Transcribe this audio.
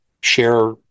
Share